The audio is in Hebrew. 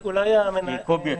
ב-2019.